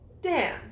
Dan